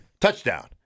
Touchdown